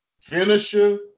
finisher